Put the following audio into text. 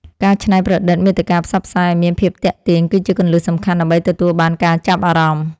ការច្នៃប្រឌិតមាតិកាផ្សព្វផ្សាយឱ្យមានភាពទាក់ទាញ គឺជាគន្លឹះសំខាន់ដើម្បីទទួលបានការចាប់អារម្មណ៍។